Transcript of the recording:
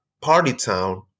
Partytown